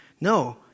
no